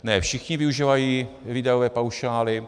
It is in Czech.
Ne všichni využívají výdajové paušály.